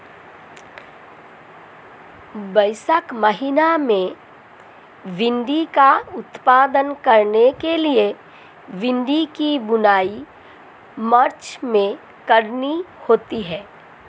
वैशाख महीना में भिण्डी का उत्पादन करने के लिए भिंडी की बुवाई मार्च में करनी होती है